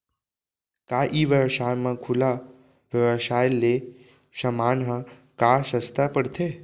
का ई व्यवसाय म खुला व्यवसाय ले समान ह का सस्ता पढ़थे?